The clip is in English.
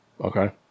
Okay